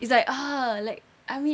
it's like uh like I mean